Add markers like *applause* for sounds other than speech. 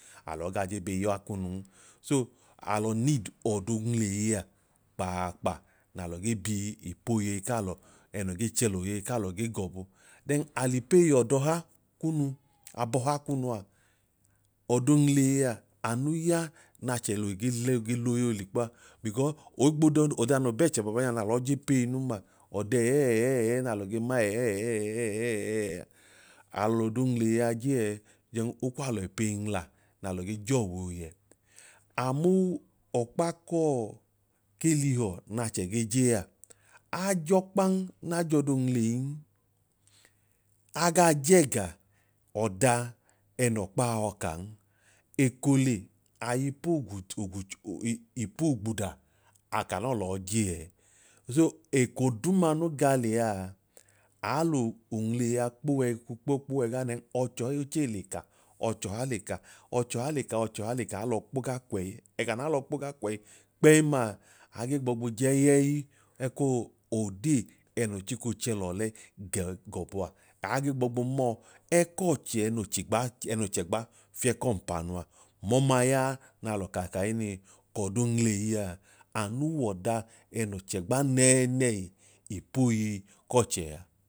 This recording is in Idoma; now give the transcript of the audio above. Alọọ ga je bee ya kunun so alọ need ọdoo nwuleyi a kpaakpa nalọ gee bi ipoyeyi k'alọ ẹnoo ge chẹ l'oyeyi k'alọ ge gọbu then alipeyi yọdọha kunu abọha kunua ọdo nwuleyia anu ya na chohile ge yọ ge l'oyeyi olikpoabecause ohigbo dia ọda noo bẹẹchẹ baabanya nalọ iji pẹyinun ma ọda ẹyẹẹyẹẹyi n'alọ ge ma ẹyẹẹyẹẹyẹẹyẹẹi a alọdo nwuleyi a je ẹẹ then okwalọ ipeyi nwula nalọ ge jọọwẹ oyẹ. Amuu ọkpa k'elihọ n'achẹ ge je a, ajọkpan naa j'ọdo nwuleyin agaa jẹga ọda ẹnọọkpaa yọ aa'n. Ekohile ayi poo *unintelligible* ogbuda aka nọọ lọọ je ẹẹ so eko duuma no ga lẹaa aa lo lonwuleyia kpo wẹẹku kpo kpo wẹg'ane ọchọha ochee lekaọchọha leka chọha leka ọchọha leka aalọọ kpo gaa kwẹyi kpẹm aa aage gbọọ gboo jẹyẹyi ekoo odee ẹnoo chiko chẹlọ lẹ gọbu a, aa gee gbọọ gboo mọọ ẹkọchẹ ẹnoo chẹgba ẹnoo chẹgba fiẹkọmpanua. Mọma ya ẹẹ nalọka k'ọdoo nwuleyi a anu w'ọda ẹnoo chẹgba nẹẹnẹhi ipoyi k'ọchẹa